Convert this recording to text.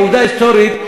העובדה ההיסטורית,